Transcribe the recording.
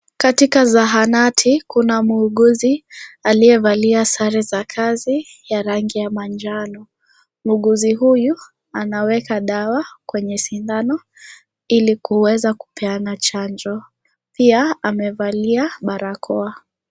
Katika zahanati kuna muuguzi aliyevalia sare za kazi ya rangi ya manjano. Muuguzi huyu anaweka dawa kwenye sindano ili kuweza kupeana chanjo. Pia amevalia barakoa.